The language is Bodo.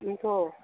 बेनोथ'